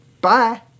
Bye